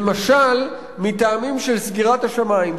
למשל מטעמים של "סגירת השמים".